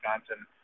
wisconsin